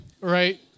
right